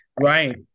Right